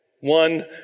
one